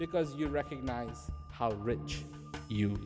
because you recognize how rich you